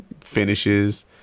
Finishes